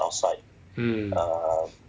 mm